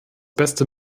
beste